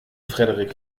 frederik